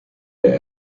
der